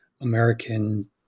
American